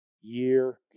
year